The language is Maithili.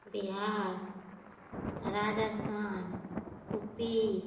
बिहार राजस्थान यू पी